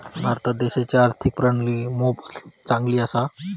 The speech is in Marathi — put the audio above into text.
भारत देशाची आर्थिक प्रणाली मोप चांगली असा